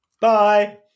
Bye